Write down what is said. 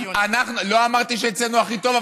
לא אמרתי שאצלנו הכי טוב,